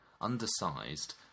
Undersized